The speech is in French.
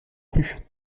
plus